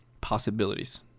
possibilities